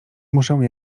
muszę